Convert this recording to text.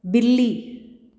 ਬਿੱਲੀ